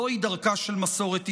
זוהי דרכה של מסורת ישראל,